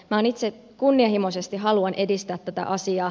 haluan itse kunnianhimoisesti edistää tätä asiaa